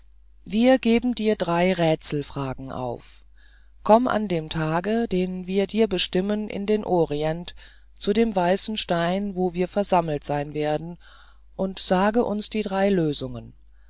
wir geben dir drei rätselfragen auf komm an dem tage den wir dir bestimmen in den orient zu dem weißen stein wo wir versammelt sein werden und sage uns die drei lösungen